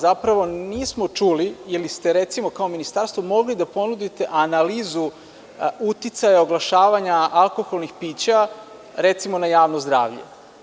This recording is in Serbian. Zapravo, nismo čuli ili ste recimo kao ministarstvo mogli da ponudite analizu uticaja oglašavanja alkoholnih pića, recimo na javno zdravlje.